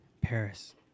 Paris